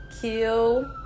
kill